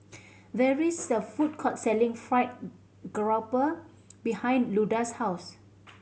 there is a food court selling fried grouper behind Luda's house